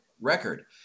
record